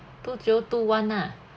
two zero two one lah